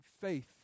Faith